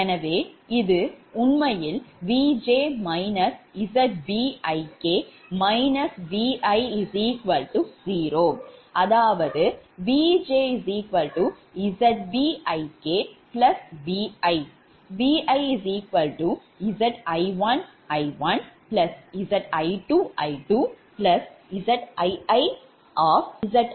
எனவே இது உண்மையில் Vj ZbIk Vi 0 அதாவது Vj ZbIk Vi ViZi1I1Zi2I2